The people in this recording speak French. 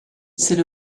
c’est